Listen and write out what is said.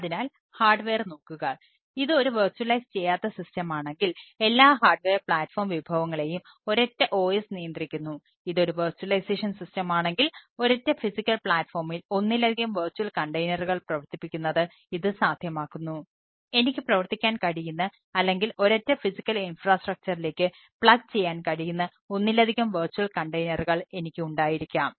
അതിനാൽ ഹാർഡ്വെയർ എനിക്ക് ഉണ്ടായിരിക്കാം